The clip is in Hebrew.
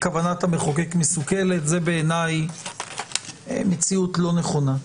כוונת המחוקק מסוכלת זו בעיני מציאות לא נכונה.